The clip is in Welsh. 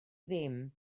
ddim